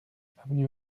avenue